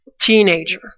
teenager